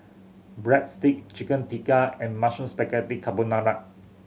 Breadstick Chicken Tikka and Mushroom Spaghetti Carbonara